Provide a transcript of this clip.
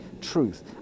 truth